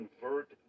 convert